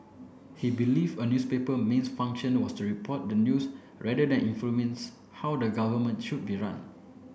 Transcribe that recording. he believed a newspaper mains function was to report the news rather than influence how the government should be run